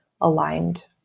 aligned